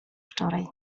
wczoraj